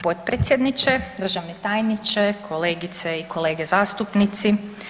potpredsjedniče, državni tajniče, kolegice i kolege zastupnici.